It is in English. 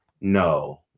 no